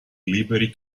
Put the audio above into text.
liberty